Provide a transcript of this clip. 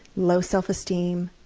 low self-esteem,